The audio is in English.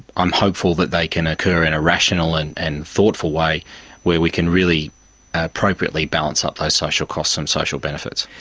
i'm hopeful that they can occur in a rational and and thoughtful way where we can really appropriately balance up those social costs and um social benefits.